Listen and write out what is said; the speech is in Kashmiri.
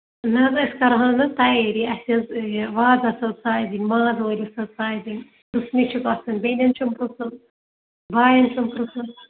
نہ حظ أسۍ کَرہو نہٕ حظ تیٲری اَسہِ حظ یہِ وازس حظ ساے دِنۍ ماز وٲلِس ٲسۍ ساے دِنۍ پرژھنہِ چھُ گژھُن بیٚنٮ۪ن چھُم پرٛژھن بایَن چھُم پرژھن